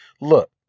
Look